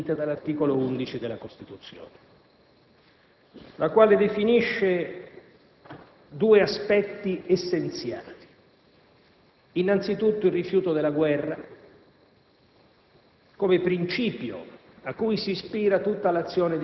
Direi che, innanzitutto, tali coordinate sono definite dall'articolo 11 della Costituzione la quale definisce due aspetti essenziali: in primo luogo, il rifiuto della guerra